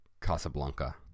Casablanca